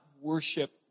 worship